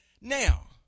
Now